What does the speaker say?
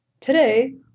Today